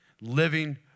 living